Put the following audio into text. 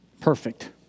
Perfect